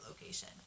location